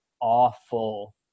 awful –